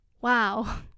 wow